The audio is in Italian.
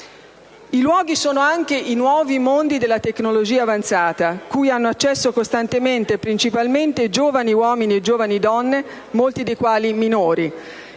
I luoghi sono anche i nuovi mondi della tecnologia avanzata, a cui hanno accesso costante principalmente giovani uomini e giovani donne, molti dei quali minori.